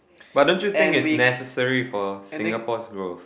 but don't you think it's necessary for Singapore's growth